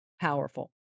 powerful